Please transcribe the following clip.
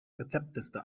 rezeptliste